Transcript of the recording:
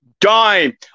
dime